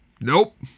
Nope